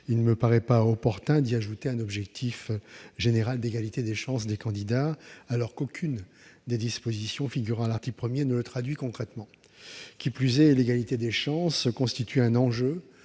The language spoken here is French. Il ne me paraît pas opportun d'y ajouter un objectif général d'égalité des chances des candidats alors qu'aucune des dispositions figurant à l'article 1 ne le traduit concrètement. Qui plus est, l'égalité des chances constitue un enjeu